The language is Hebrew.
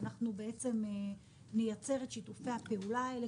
ואנחנו נייצר את שיתופי הפעולה האלה,